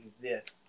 exist